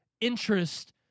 interest